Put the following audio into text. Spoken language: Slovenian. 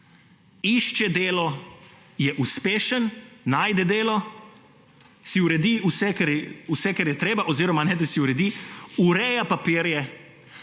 išče delo, je uspešen, najde delo, si uredi vse, kar je treba, oziroma ne da si uredi, ureja papirje,